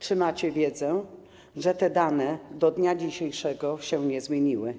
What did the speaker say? Czy macie wiedzę, że te dane do dnia dzisiejszego się nie zmieniły?